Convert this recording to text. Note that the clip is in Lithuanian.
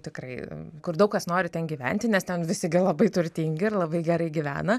tikrai kur daug kas nori ten gyventi nes ten visi gi labai turtingi ir labai gerai gyvena